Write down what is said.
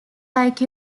like